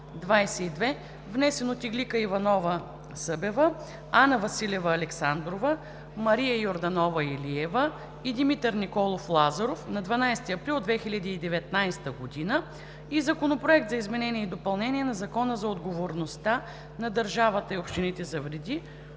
внесен от Иглика Иванова-Събева, Анна Василева Александрова, Мария Йорданова Илиева и Димитър Николов Лазаров на 12 април 2019 г. и Законопроект за изменение и допълнение на Закона за отговорността на държавата и общините за вреди,